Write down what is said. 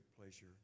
pleasure